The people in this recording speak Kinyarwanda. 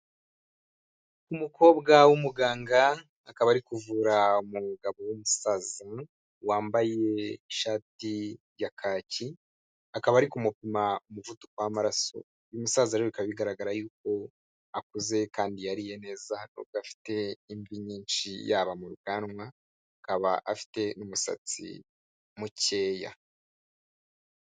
Umukobwa w'umuganga akaba ari kuvura umugabo w'umusaza wambaye ishati ya kaki, akaba ari kumupima w'amaso uyu musaza ariko bikaba bigaragara yuko akuze kandi yariye neza nubwo afite imvi nyinshi yaba mubwanwa akaba afite n'umusatsi mukeya.